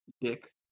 dick